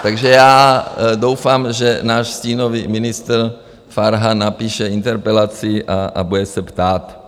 Takže já doufám, že náš stínový ministr Farhan napíše interpelaci a bude se ptát.